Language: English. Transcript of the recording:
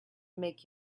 make